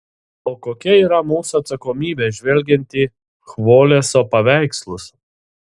o kokia yra mūsų atsakomybė žvelgiant į chvoleso paveikslus